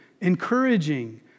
encouraging